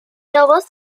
lobos